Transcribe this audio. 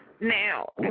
Now